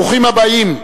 ברוכים הבאים,